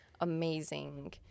amazing